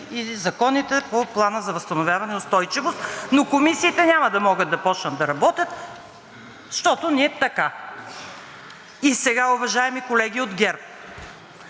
и законите по Плана за възстановяване и устойчивост, но комисиите няма да могат да започнат да работят, защото ние… така! И сега, уважаеми колеги от ГЕРБ,